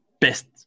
best